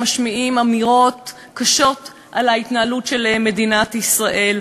משמיעים אמירות קשות על ההתנהלות של מדינת ישראל,